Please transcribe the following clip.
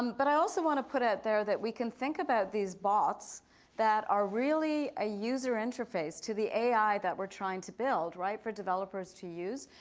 but i also want to put out there that we can think about these bots that are really a user interface to the ai that we're trying to build for developers to use,